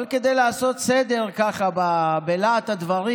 אבל כדי לעשות סדר בלהט הדברים,